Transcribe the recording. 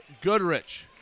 Goodrich